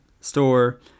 store